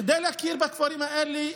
כדי להכיר בכפרים האלה,